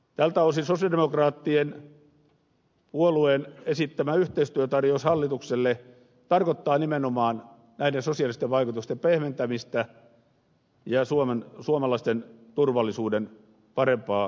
tältä osin sosialidemokraattisen puolueen esittämä yhteistyötarjous hallitukselle tarkoittaa nimenomaan näiden sosiaalisten vaikutusten pehmentämistä ja suomalaisten turvallisuuden parempaa hoitamista